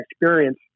experience